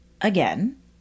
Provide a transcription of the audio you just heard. Again